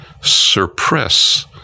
suppress